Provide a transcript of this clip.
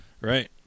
Right